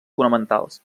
fonamentals